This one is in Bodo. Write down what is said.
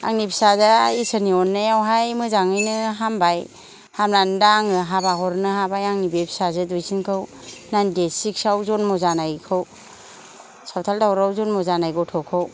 आंनि फिसाजोया इसोरनि अननायावहाय मोजाङैनो हामबाय हामनानै दा आङो हाबा हरनो हाबाय आंनि बे फिसाजो दुयसिनखौ नाइन्थि सिख्सआव जन्म जानायखौ सावथाल दावरावआव जन्म जानाय गथ'खौ